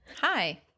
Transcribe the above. Hi